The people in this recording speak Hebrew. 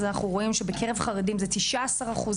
אנחנו רואים שבקרב חרדים זה 19 אחוזים,